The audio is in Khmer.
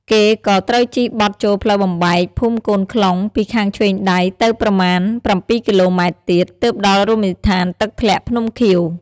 គេក៏ត្រូវជិះបត់ចូលផ្លូវបំបែកភូមិកូនខ្លុងពីខាងឆ្វេងដៃ ទៅប្រមាណ ៧គីឡូម៉ែត្រទៀត ទើបដល់រមណីយដ្ឋាន «ទឹកធ្លាក់ភ្នំខៀវ»។